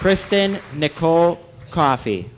kristin nicole coffee